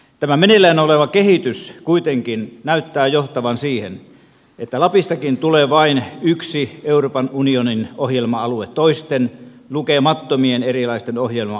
tämä meneillään oleva kehitys kuitenkin näyttää johtavan siihen että lapistakin tulee vain yksi euroopan unionin ohjelma alue toisten lukemattomien erilaisten ohjelma alueitten rinnalle